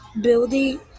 building